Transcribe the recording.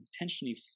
intentionally